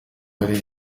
ari